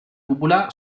cúpula